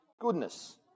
goodness